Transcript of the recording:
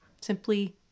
simply